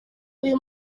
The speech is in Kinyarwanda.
uyu